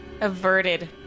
Averted